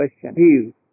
question